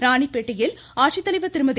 ராணிப்பேட்டையில் ஆட்சித்தலைவர் திருமதி